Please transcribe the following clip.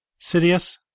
Sidious